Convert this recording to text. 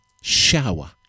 shower